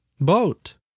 Boat